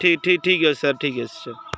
ଠିକ୍ ଠିକ୍ ଠିକ୍ ଅଛି ସାର୍ ଠିକ୍ ଅଛି ସାର୍